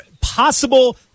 possible